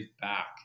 back